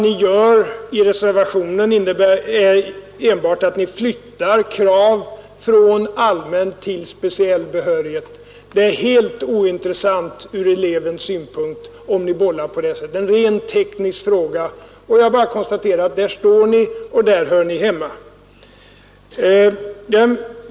Ni flyttar enbart kraven från den allmänna till den speciella behörigheten. Det är från elevens synpunkt helt ointressant om vi bollar med begreppen på det sättet. Det är en rent teknisk fråga. Jag konstaterar att ni står där och där hör ni hemma.